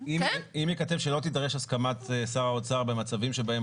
אם ייכתב שלא תידרש הסכמת שר האוצר במצבים שבהם